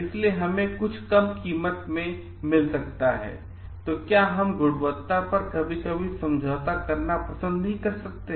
इसलिए हमें इसमें कुछ कम कीमत में मिल सकता है लेकिन हम गुणवत्ता पर कभी कभी समझौता करना पसंद नहीं कर सकते